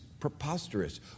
Preposterous